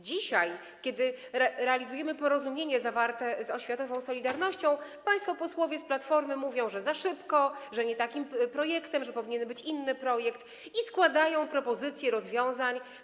Dzisiaj, kiedy realizujemy porozumienie zawarte z oświatową „Solidarnością”, państwo posłowie z Platformy mówią, że za szybko, że nie takim projektem, że powinien być inny projekt, i składają propozycję rozwiązań.